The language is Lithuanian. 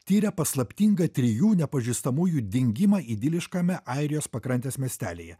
tiria paslaptingą trijų nepažįstamųjų dingimą idiliškame airijos pakrantės miestelyje